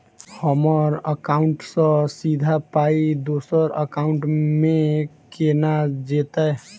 हम्मर एकाउन्ट सँ सीधा पाई दोसर एकाउंट मे केना जेतय?